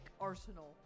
arsenal